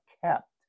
kept